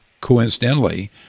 coincidentally